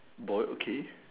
boy okay